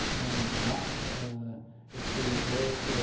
and not it sees both